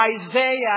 Isaiah